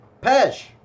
Pej